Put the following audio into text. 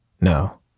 No